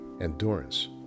endurance